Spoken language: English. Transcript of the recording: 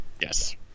Yes